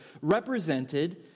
represented